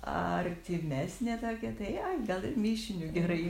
artimesnė tokia tai ai gal ir mišiniu gerai